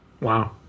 Wow